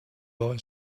boy